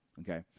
Okay